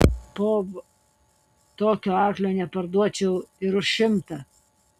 po v tokio arklio neparduočiau ir už šimtą